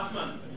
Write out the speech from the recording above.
נחמן,